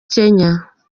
kenya